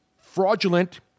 fraudulent